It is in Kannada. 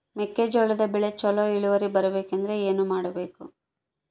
ಮೆಕ್ಕೆಜೋಳದ ಬೆಳೆ ಚೊಲೊ ಇಳುವರಿ ಬರಬೇಕಂದ್ರೆ ಏನು ಮಾಡಬೇಕು?